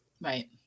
Right